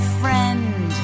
friend